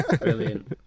Brilliant